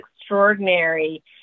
extraordinary